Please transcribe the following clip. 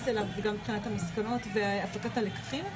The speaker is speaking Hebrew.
אליו גם מבחינת המסקנות והפקת הלקחים.